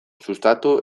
sustatu